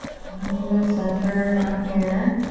going up into the center and out here.